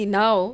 now